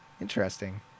Interesting